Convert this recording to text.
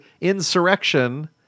insurrection